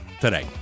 today